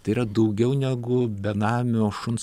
tai yra daugiau negu benamio šuns